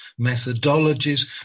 methodologies